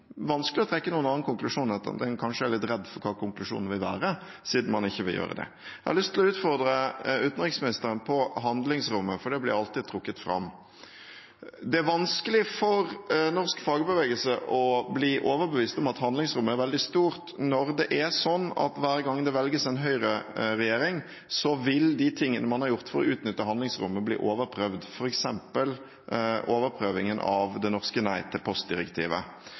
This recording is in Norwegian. vanskelig å trekke noen annen konklusjon enn at en kanskje er litt redd for hva konklusjonen vil være, siden man ikke vil gjøre det. Jeg har lyst til å utfordre utenriksministeren på handlingsrommet, for det blir alltid trukket fram. Det er vanskelig for norsk fagbevegelse å bli overbevist om at handlingsrommet er veldig stort, når det er slik at hver gang det velges en høyreregjering, vil det man har gjort for å utnytte handlingsrommet, bli overprøvd, f.eks. overprøvingen av det norske nei til postdirektivet.